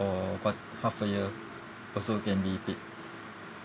or quar~ half a year also can be paid